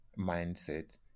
mindset